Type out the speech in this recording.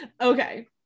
okay